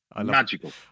Magical